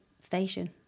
station